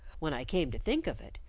when i came to think of it,